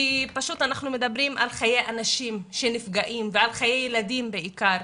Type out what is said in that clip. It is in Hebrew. כי פשוט אנחנו מדברים על חיי אדם שנפגעים ועל חיי ילדים בעיקר.